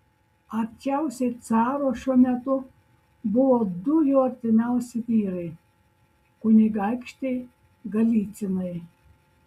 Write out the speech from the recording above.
arčiausiai caro šiuo metu buvo du jo artimiausi vyrai kunigaikščiai golycinai